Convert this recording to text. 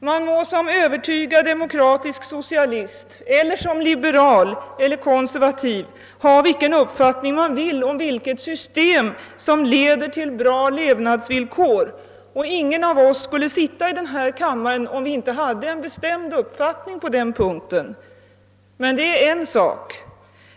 Man må som övertygad demokratisk socialist eller som liberal eller konservativ ha vilken uppfattning man vill om vilket system som leder till goda levnadsvillkor, och ingen av oss skulle sitta i denna kammare, om vi inte hade en bestämd uppfattning på den punkten. Men detta är en sak.